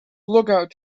lookout